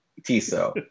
Tiso